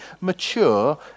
mature